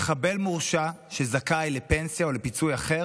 מחבל מורשע שזכאי לפנסיה או לפיצוי אחר,